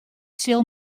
sil